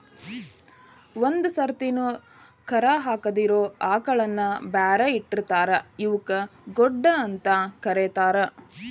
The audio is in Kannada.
ಒಂದ್ ಸರ್ತಿನು ಕರಾ ಹಾಕಿದಿರೋ ಆಕಳಗಳನ್ನ ಬ್ಯಾರೆ ಇಟ್ಟಿರ್ತಾರ ಇವಕ್ಕ್ ಗೊಡ್ಡ ಅಂತ ಕರೇತಾರ